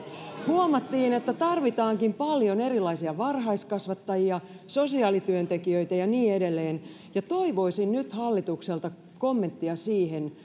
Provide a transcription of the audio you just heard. huomattiin että tarvitaankin paljon erilaisia varhaiskasvattajia sosiaalityöntekijöitä ja niin edelleen ja toivoisin nyt hallitukselta kommenttia siihen